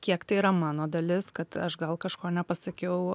kiek tai yra mano dalis kad aš gal kažko nepasakiau